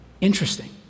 interesting